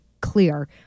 clear